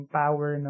power